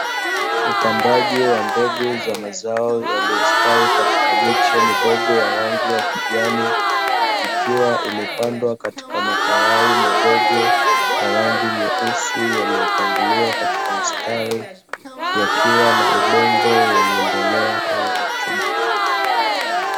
Upandaji wa mbegu za mazao yaliyostawi katika miche midogo ya rangi ya kijani, ikiwa imepandwa katika makarai madogo ya rangi nyeusi yaliyopangiliwa katika mstari, yakiwa na udongo wenye mbolea au rutuba.